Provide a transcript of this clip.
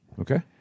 Okay